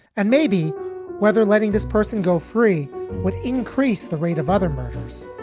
and maybe whether letting this person go free would increase the rate of other murders.